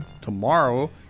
tomorrow